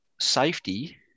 safety